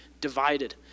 divided